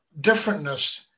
differentness